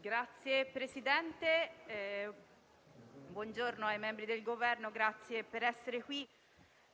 Signor Presidente, membri del Governo, grazie per essere qui.